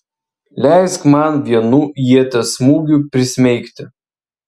leisk man vienu ieties smūgiu prismeigti